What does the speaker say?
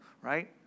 Right